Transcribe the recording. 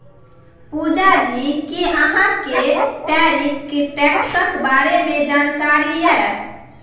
पुजा जी कि अहाँ केँ टैरिफ टैक्सक बारे मे जानकारी यै?